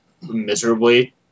miserably